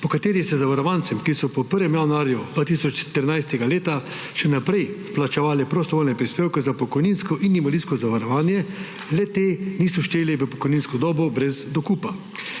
po kateri se zavarovancem, ki so po prvem januarju 2013. leta še naprej plačevali prostovoljne prispevke za pokojninsko in invalidsko zavarovanje, le-ti niso šteli v pokojninsko dobo brez dokupa,